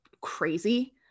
crazy